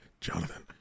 Jonathan